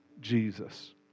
Jesus